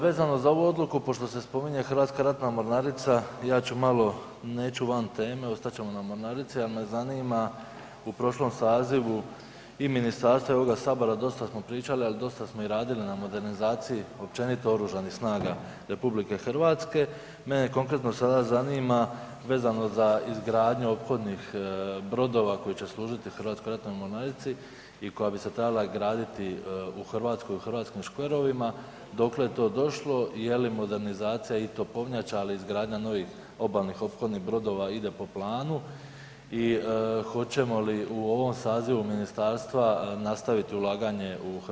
Vezano za ovu odluku, pošto se spominje HRM, ja ću malo, neću van teme, ostat ćemo na mornarici, ali me zanima u prošlom sazivu i ministarstva i ovoga Sabora, dosta smo pričali ali i dosta smo i radili na modernizaciji općenito Oružanih snaga RH, mene konkretno sada zanima vezano za izgradnju ophodnih brodova koji će služiti HRM-u i koja bi se trebala graditi u Hrvatskoj, u hrvatskim škverovima, dokle je to došlo i je li modernizacija i topovnjača ali i izgradnja novih obalnih ophodnih brodova ide po planu i hoćemo li u ovom sazivu ministarstva nastaviti ulaganje u HRM?